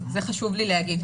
אז חשוב לי להגיד את זה.